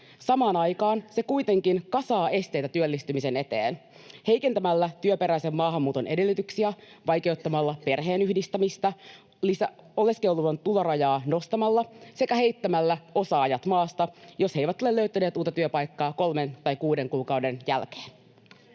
Samaan aikaan se kuitenkin kasaa esteitä työllistymisen eteen heikentämällä työperäisen maahanmuuton edellytyksiä, vaikeuttamalla perheenyhdistämistä, oleskeluluvan tulorajaa nostamalla sekä heittämällä osaajat maasta, jos he eivät ole löytäneet uutta työpaikkaa kolmen tai kuuden kuukauden jälkeen.